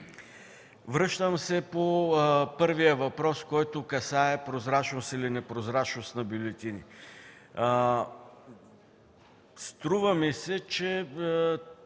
Връщам се на първия въпрос, който касае прозрачност или непрозрачност на бюлетините. Струва ми се, че